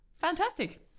Fantastic